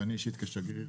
שאני אישית כשגריר,